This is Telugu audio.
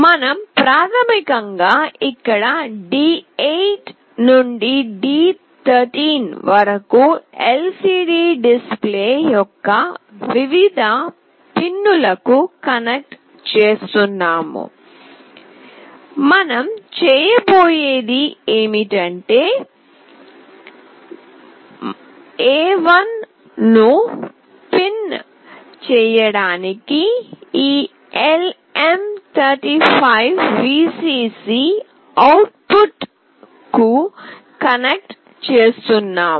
మనం ప్రాథమికంగా ఇక్కడ D8 నుండి D13 వరకు LCD డిస్ప్లే యొక్క వివిధ పిన్లకు కనెక్ట్ చేస్తున్నాము మనం చేయబోయేది ఏమిటంటే మనం A1 ను పిన్ చేయడానికి ఈ LM35 VCC అవుట్పుట్ను కనెక్ట్ చేస్తున్నాము